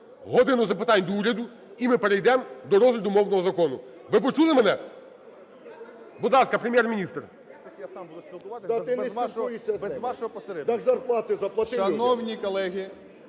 "годину запитань до Уряду" і ми перейдемо до розгляду мовного закону. Ви почули мене? Будь ласка, Прем'єр-міністр.